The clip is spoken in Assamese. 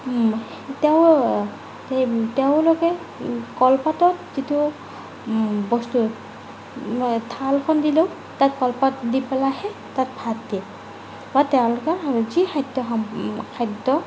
তেওঁ তেওঁলোকে কলপাতত যিটো বস্তু থালখন দিলেও তাত কলপাত দি পেলাইহে তাত ভাত দিয়ে বা তেওঁলোকৰ ৰুচি খাদ্য খাদ্য